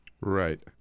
Right